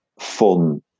fun